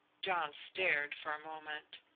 john stared for a moment.